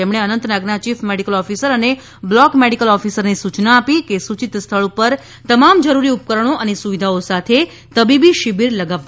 તેમણે અનંતનાગના chief medical officer અને બ્લોક મેડિકલ ઓફીસરને સૂચના આપી હતી કે સૂચિત સ્થળ પર તમામ જરૂરી ઉપકરણો અને સુવિધાઓ સાથે તબીબી શિબિર લગાવવામાં આવે